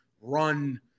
run